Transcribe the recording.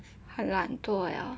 很懒惰啊